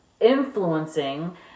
influencing